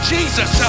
Jesus